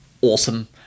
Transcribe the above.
awesome